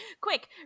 quick